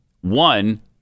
One